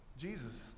Jesus